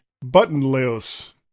buttonless